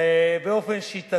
ואני